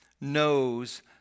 knows